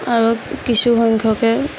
আৰু কিছু সংখ্যকে